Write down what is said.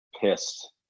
pissed